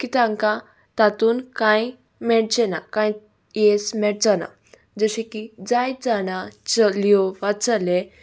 की तांकां तातूंत कांय मेळचें ना कांय येस मेळचो ना जशें की जायत जाणां चलयो वा चले